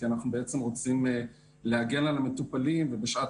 כי אנחנו רוצים להגן על המטופלים ובשעת